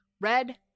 Red